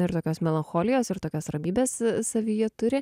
ir tokios melancholijos ir tokios ramybės savyje turi